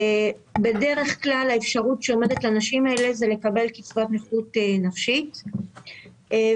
בדרך כלל האפשרות שעומדת לנשים האלה היא לקבל קצת נכות נפשית ואין